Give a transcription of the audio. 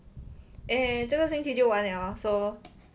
eh 这个星期就完了 so